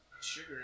sugar